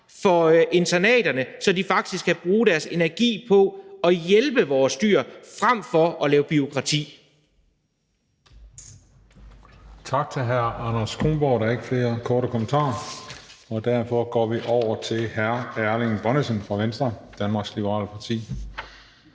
for internaterne, så de faktisk kan bruge deres energi på at hjælpe vores dyr frem for at lave bureaukrati.